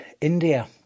India